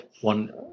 one